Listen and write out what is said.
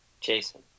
Jason